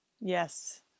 yes